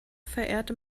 verehrte